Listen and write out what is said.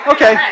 Okay